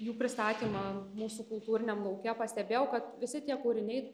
jų pristatymą mūsų kultūriniam lauke pastebėjau kad visi tie kūriniai